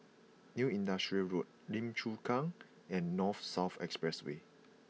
New Industrial Road Lim Chu Kang and North South Expressway